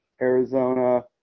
Arizona